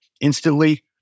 instantly